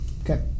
Okay